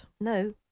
No